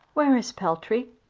where is peltry?